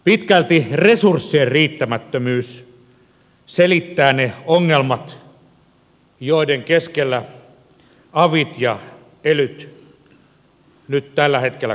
pitkälti resurssien riittämättömyys selittää ne ongelmat joiden keskellä avit ja elyt nyt tällä hetkellä kamppailevat